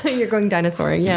you're going dinosauring! yeah